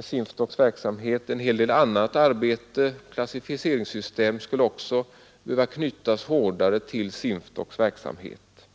SINFDOK:s verksamhet. En hel del annat arbete, såsom utarbetande av klassificeringssystem, skulle också behöva knytas hårdare till SINFDOK :s verksamhet.